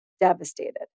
devastated